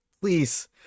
please